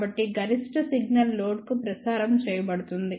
కాబట్టి గరిష్ట సిగ్నల్ లోడ్కు ప్రసారం చేయబడుతుంది